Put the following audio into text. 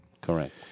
Correct